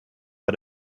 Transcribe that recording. bei